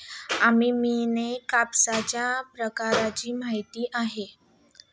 अम्मांना कापसाच्या प्रकारांची माहिती आहे